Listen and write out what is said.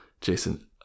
Jason